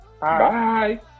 Bye